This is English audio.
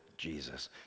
Jesus